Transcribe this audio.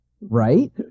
Right